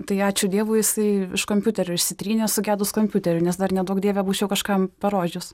tai ačiū dievui jisai iš kompiuterio išsitrynė sugedus kompiuteriui nes dar neduok dieve būčiau kažkam parodžius